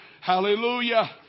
Hallelujah